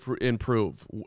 improve